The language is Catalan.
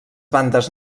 bandes